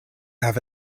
have